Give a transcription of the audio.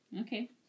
Okay